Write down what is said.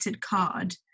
card